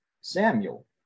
samuel